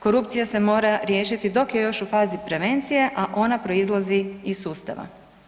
Korupcija se mora riješiti dok je fazi prevencije, a ona proizlazi iz sustava.